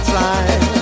time